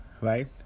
right